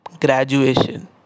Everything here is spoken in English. Graduation